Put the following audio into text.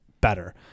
better